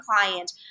client